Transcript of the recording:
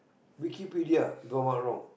Wikipedia if I'm not wrong